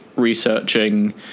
researching